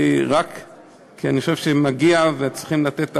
כי אני חושב שמגיע וצריכים לתת הערכה.